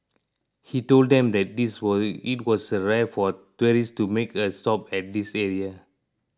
he told them that it was it was rare for tourists to make a stop at this area